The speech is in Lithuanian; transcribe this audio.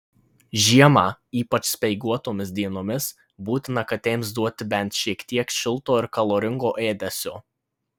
žiemą ypač speiguotomis dienomis būtina katėms duoti bent šiek tiek šilto ir kaloringo ėdesio